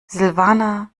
silvana